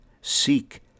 Seek